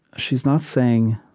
she's not saying,